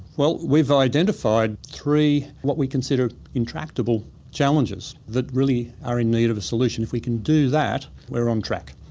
well, we've identified three what we consider intractable challenges that really are in need of a solution. if we can do that, we are on track.